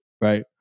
right